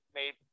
made